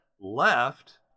left